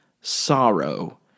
sorrow